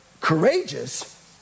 courageous